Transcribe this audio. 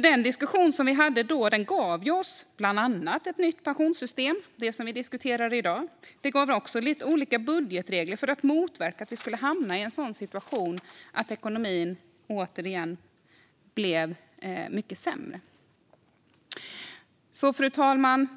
Den diskussion som vi hade då gav oss alltså bland annat ett nytt pensionssystem, det som vi diskuterar i dag. Det ledde också till lite olika budgetregler för att motverka att vi skulle hamna i en situation där ekonomin återigen blev mycket sämre. Fru talman!